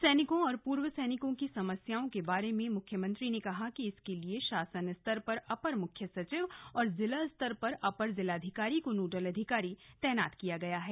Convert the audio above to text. सैनिकों और पूर्व सैनिकों की समस्याओं के बारे में मुख्यमंत्री ने कहा कि इसके लिए शासन स्तर पर अपर मुख्य सचिव और जिला स्तर पर अपर जिलाधिकारी को नोडल अधिकारी तैनात किया है